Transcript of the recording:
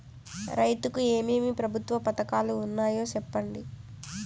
రైతుకు ఏమేమి ప్రభుత్వ పథకాలు ఉన్నాయో సెప్పండి?